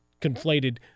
conflated